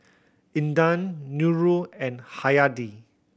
Intan Nurul and Hayati